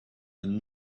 and